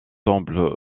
temple